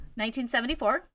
1974